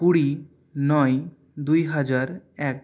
কুড়ি নয় দুই হাজার এক